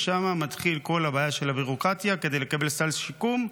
ושם מתחילה כל הבעיה של הביורוקרטיה כדי לקבל סל שיקום.